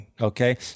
okay